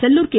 Sellur K